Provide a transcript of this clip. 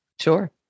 Sure